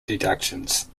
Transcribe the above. deductions